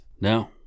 No